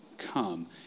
come